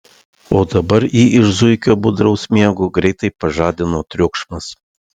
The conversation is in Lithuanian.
o dabar jį iš zuikio budraus miego greitai pažadino triukšmas